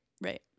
right